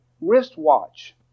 wristwatch